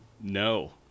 no